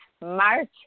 March